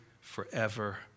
forever